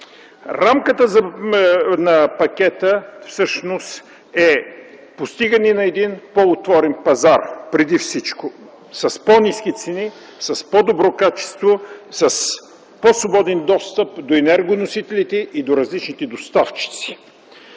Рамката на пакета всъщност е постигането на един по-отворен пазар, преди всичко с по-ниски цени, с по-добро качество, с по-свободен достъп до енергоносителите и различните доставчици.